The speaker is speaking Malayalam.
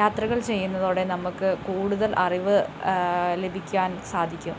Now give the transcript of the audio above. യാത്രകൾ ചെയ്യുന്നതോടെ നമുക്ക് കൂടുതൽ അറിവ് ലഭിക്കാൻ സാധിക്കും